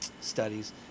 studies